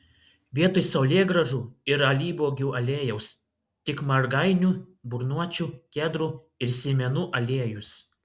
vietoj saulėgrąžų ir alyvuogių aliejaus tik margainių burnočių kedrų ir sėmenų aliejus